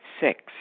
Six